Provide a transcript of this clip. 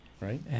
right